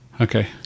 Okay